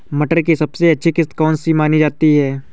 मटर की सबसे अच्छी किश्त कौन सी मानी जाती है?